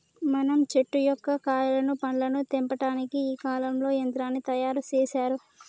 మనం చెట్టు యొక్క కాయలను పండ్లను తెంపటానికి ఈ కాలంలో యంత్రాన్ని తయారు సేసారు